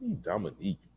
Dominique